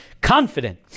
confident